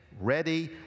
ready